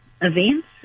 events